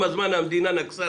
עם הזמן המדינה נגסה,